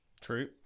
true